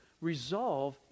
resolve